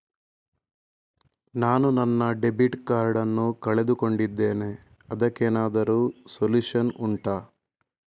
ನಾನು ನನ್ನ debit card ನ್ನು ಕಳ್ಕೊಂಡಿದ್ದೇನೆ ಅದಕ್ಕೇನಾದ್ರೂ ಸೊಲ್ಯೂಷನ್ ಉಂಟಾ